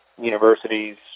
universities